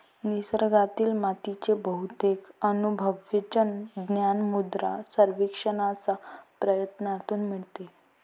निसर्गातील मातीचे बहुतेक अनुभवजन्य ज्ञान मृदा सर्वेक्षणाच्या प्रयत्नांतून मिळते